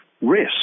risk